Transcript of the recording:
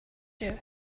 you